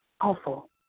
awful